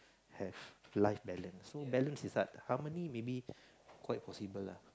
have life balance so balance is like harmony maybe quite possible lah